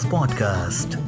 Podcast